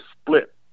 split